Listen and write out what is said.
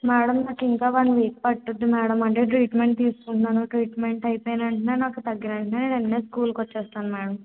madam నాకింకా one week పడుతుంది madam అంటే ట్రీట్మెంట్ తీసుకుంటున్నాను ట్రీట్మెంట్ అయిపోయిన వెంటనే నాకు తగ్గిన వెంటనే స్కూల్కి వచ్చేస్తాను మేడం